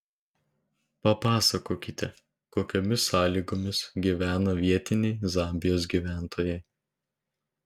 papasakokite kokiomis sąlygomis gyvena vietiniai zambijos gyventojai